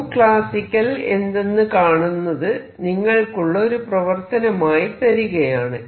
classical എന്തെന്ന് കാണുന്നത് നിങ്ങൾക്കുള്ള ഒരു പ്രവർത്തനമായി തരികയാണ്